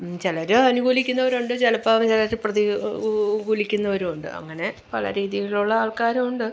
ചിലര് അനുകൂലിക്കുന്നവരുണ്ട് ചിലപ്പം അതിനെതിരായിട്ട് പ്രതി കൂലിക്കുന്നവരൂണ്ട് അങ്ങനെ പല രീതിയിലുള്ള ആൾക്കാരുണ്ട്